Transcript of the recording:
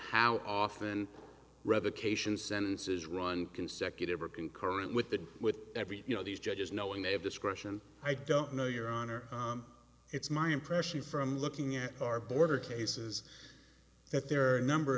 how often revocation sentences run consecutive or concurrent with the with every you know these judges knowing they have discretion i don't know your honor it's my impression from looking at our border cases that there are a number